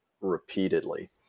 repeatedly